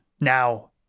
Now